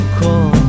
call